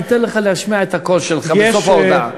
אני אתן לך להשמיע את הקול שלך בסוף ההודעה.